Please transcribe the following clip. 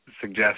suggest